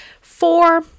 Four